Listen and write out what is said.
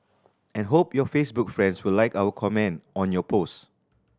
and hope your Facebook friends will like or comment on your post